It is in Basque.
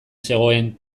zegoen